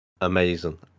amazing